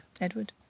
Edward